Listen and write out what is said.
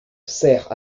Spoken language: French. sert